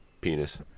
penis